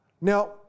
Now